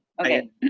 Okay